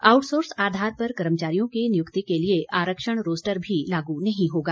outsource आधार पर कर्मचारियों की नियुक्ति के लिए आरक्षण रोस्टर भी लागू नहीं होगा